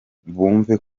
bumve